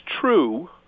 true